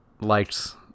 likes